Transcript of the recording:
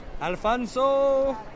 Alfonso